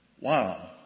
wow